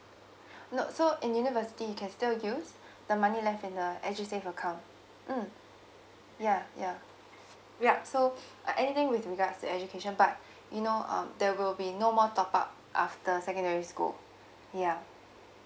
no so in university you can still use the money left in the edusave account mm ya ya ya so uh anything with regards to education but you know uh there will be no more top up after secondary school ya